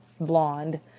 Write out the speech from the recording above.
blonde